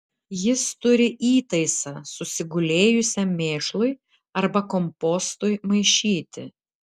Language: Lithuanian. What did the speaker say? jis turi įtaisą susigulėjusiam mėšlui arba kompostui maišyti